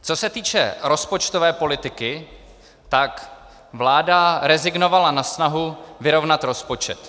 Co se týče rozpočtové politiky, tak vláda rezignovala na snahu vyrovnat rozpočet.